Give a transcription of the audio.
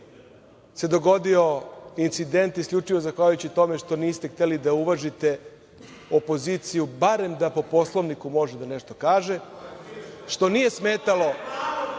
se dogodio incident, isključivo zahvaljujući tome što niste hteli da uvažite opoziciju barem da po Poslovniku može da nešto kaže, što nije smetalo